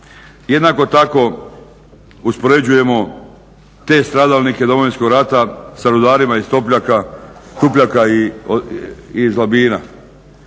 Jednako tako uspoređujemo te stradalnike Domovinskog rata sa rudarima iz Tupljaka, Kupljaka iz Labina,